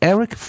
Eric